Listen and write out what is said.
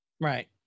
Right